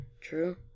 True